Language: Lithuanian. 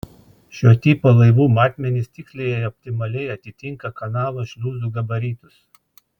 šio tipo laivų metmenys tiksliai ir optimaliai atitinka kanalo šliuzų gabaritus